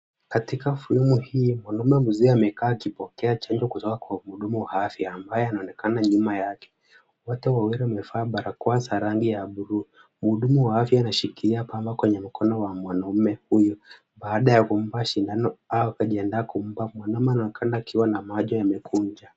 Katika fununu hii, mwanaume mzee amekaa akipokea chanjo kutoka kwa mhudumu wa afya ambaye anaonekana nyuma yake. Wote wawili wamevaa barakoa za rangi ya buluu. Mhudumu wa afya anashikilia pamba kwenye mkono wa mwanaume huyu, baada ya kumpa shindano au kujiandaa kumpa. Mwanaume anaonekana kuwa na macho amekunja.